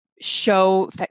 show